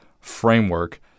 framework